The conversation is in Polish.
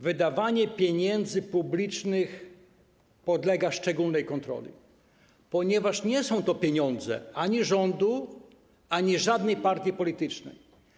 Wydawanie pieniędzy publicznych podlega szczególnej kontroli, ponieważ nie są to pieniądze rządu ani żadnej partii politycznej.